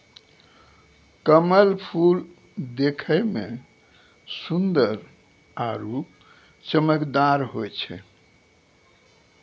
कमल फूल देखै मे सुन्दर आरु चमकदार होय छै